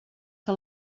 que